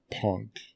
punk